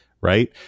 right